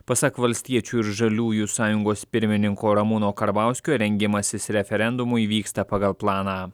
pasak valstiečių ir žaliųjų sąjungos pirmininko ramūno karbauskio rengimasis referendumui vyksta pagal planą